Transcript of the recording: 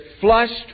flushed